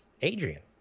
Adrian